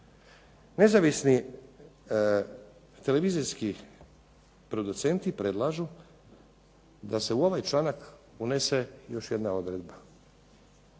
Nezavisni televizijski producenti predlažu da seu ovaj članak unese još jedna odredba,